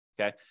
Okay